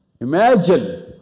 Imagine